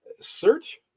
Search